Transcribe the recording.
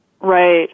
Right